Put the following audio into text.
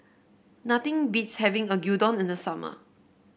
nothing beats having Gyudon in the summer